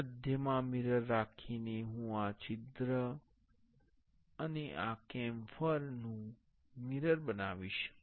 હવે મધ્યમાં મિરર રાખીને હું આ છિદ્ર અને આ કેમ્ફર નુ મિરર બનાવીશ